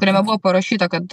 kuriame buvo parašyta kad